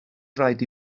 rhaid